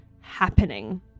happening